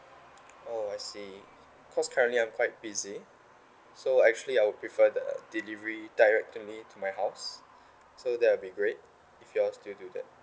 oh I see cause currently I'm quite busy so actually I would prefer the delivery direct to me to my house so that will be great if you all still do that